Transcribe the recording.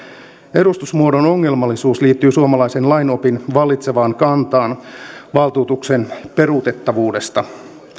edustusmuodon ongelmallisuus liittyy suomalaisen lainopin vallitsevaan kantaan valtuutuksen peruutettavuudesta